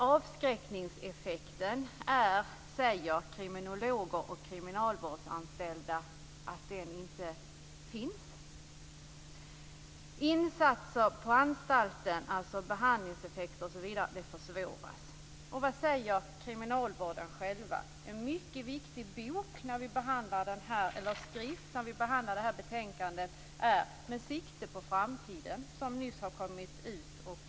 Avskräckningseffekten finns inte, säger kriminologer och kriminalvårdsanställda. Behandlingsinsatser på anstalten försvåras. Vad säger man då inom kriminalvården? En mycket viktig skrift i detta sammanhang är Med sikte på framtiden, som nyss har kommit ut.